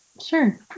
Sure